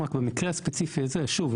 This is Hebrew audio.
רק שבמקרה הספציפי הזה שוב,